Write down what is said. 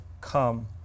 Come